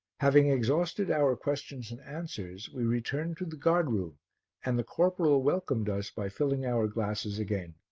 having exhausted our questions and answers we returned to the guard-room and the corporal welcomed us by filling our glasses again.